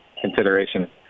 consideration